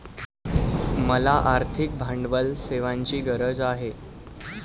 मला आर्थिक भांडवल सेवांची गरज आहे